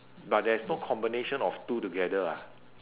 but there's no combination of two together ah